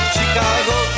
Chicago